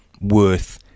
worth